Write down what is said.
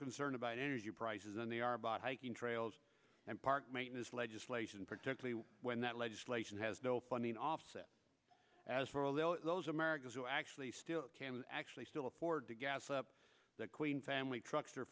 concerned about energy prices than they are bought hiking trails and park maintenance legislation particularly when that legislation has no funding offset as for although those americans who actually still can actually still afford to gas up that clean family trucks